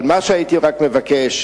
אבל מה שהייתי מבקש,